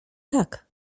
tak